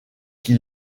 qui